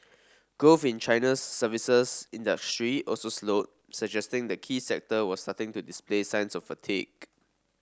growth in China's services industry also slowed suggesting the key sector was starting to display signs fatigue